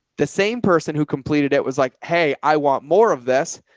the same person who completed it was like, hey, i want more of this.